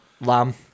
lamb